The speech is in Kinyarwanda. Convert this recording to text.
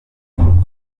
koko